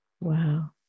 Wow